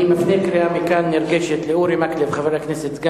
אני מפנה מכאן קריאה נרגשת לחבר הכנסת אורי מקלב,